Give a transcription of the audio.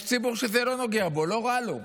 יש ציבור שזה לא נוגע בו, לא רע לו.